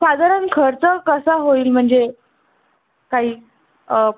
साधारण खर्च कसा होईल म्हणजे काही